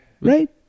Right